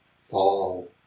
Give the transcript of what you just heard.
fall